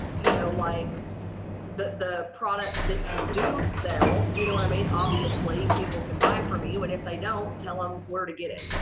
you know like the products that you do sell, you know what i mean? obviously, people can buy from you and if they don't, tell them um where to get it.